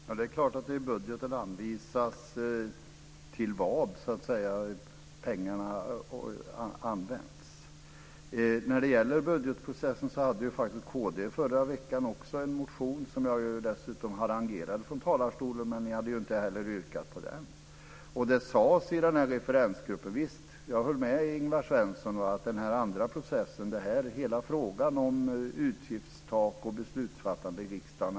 Fru talman! Det är klart att man i budgeten anger till vad pengarna används. När det gäller budgetprocessen så hade faktiskt kristdemokraterna också en motion, vilken jag dessutom harangerade från talarstolen. Men ni hade inte ens yrkat bifall till den. Det talades i denna referensgrupp, där jag höll med Ingvar Svensson, om denna andra process och hela frågan om utgiftstak och beslutsfattande i riksdagen.